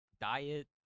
diet